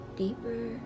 deeper